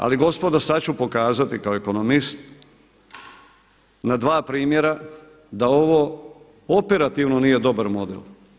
Ali gospodo, sad ću pokazati kao ekonomist na dva primjera da ovo operativno nije dobar model.